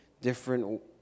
different